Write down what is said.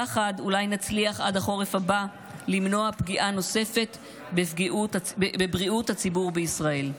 יחד אולי נצליח עד החורף הבא למנוע פגיעה נוספת בבריאות הציבור בישראל.